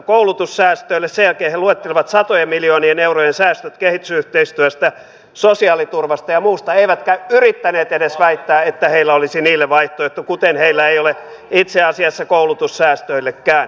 sen jälkeen he luettelivat satojen miljoonien eurojen säästöt kehitysyhteistyöstä sosiaaliturvasta ja muusta eivätkä yrittäneet edes väittää että heillä olisi niille vaihtoehto kuten heillä ei ole itse asiassa koulutussäästöillekään